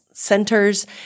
centers